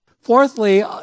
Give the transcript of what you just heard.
Fourthly